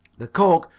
the cook,